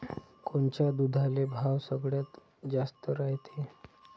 कोनच्या दुधाले भाव सगळ्यात जास्त रायते?